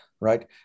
right